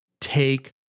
Take